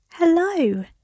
Hello